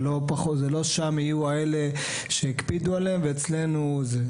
לא שם יהיו אלה שיקפידו עליהם, ואצלנו לא.